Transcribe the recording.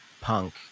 punk